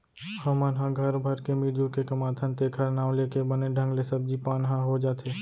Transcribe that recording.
हमन ह घर भर के मिरजुर के कमाथन तेखर नांव लेके बने ढंग ले सब्जी पान ह हो जाथे